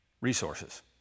resources